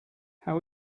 how